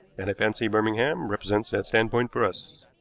and i fancy birmingham represents that standpoint for us.